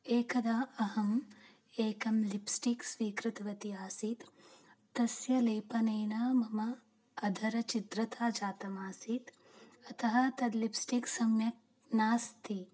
एकदा अहम् एकं लिप्स्टिक् स्वीकृतवती आसीत् तस्य लेपनेन मम अधरछिद्रता जातमासीत् अतः तद् लिप्स्टिक् सम्यक् नास्ति